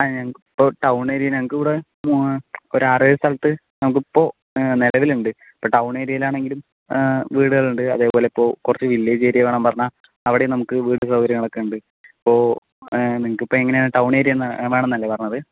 ആ ഞങ്ങൾക്കിപ്പോൾ town area ഞങ്ങൾക്കിവിടെ ഒരു ആറേഴു സ്ഥലത്ത് നമുക്കിപ്പോൾ നിലവിലുണ്ട് ഇപ്പോൾ ടൌൺ ഏരിയയിലാണെങ്കിലും വീടുകളുണ്ട് അതേപോലെയിപ്പോൾ കുറച്ച് വില്ലജ് ഏരിയ വേണമെന്നു പറഞ്ഞാൽ അവിടേയും നമുക്ക് വീടും സൗകര്യവുമൊക്കെയുണ്ട് ഇപ്പോൾ നിങ്ങൾക്കിപ്പോൾ എങ്ങനെയാണു ടൗൺ ഏരിയ തന്നെ വേണമെന്നല്ലേ പറഞ്ഞത്